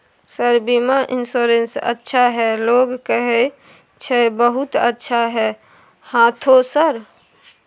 Sir बीमा insurance अच्छा है लोग कहै छै बहुत अच्छा है हाँथो सर?